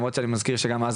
קשים.